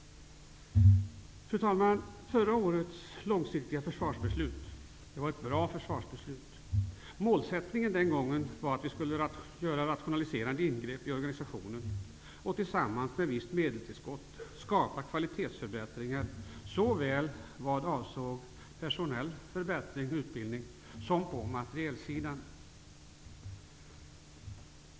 Fru talman! Förra årets långsiktiga försvarsbeslut var ett bra försvarsbeslut. Målsättningen den gången var att vi skulle göra rationaliserande ingrepp i organisationen. Tillsammans med ett visst medelstillskott skulle det skapa kvalitetsförbättringar såväl när det gällde personal och utbildning som på materielsidan.